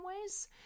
ways